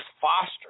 Foster